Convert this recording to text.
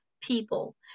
people